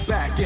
Back